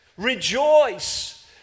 rejoice